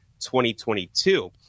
2022